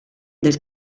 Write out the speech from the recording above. del